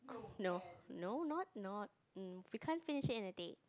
no no not not hm we can't finish it in a day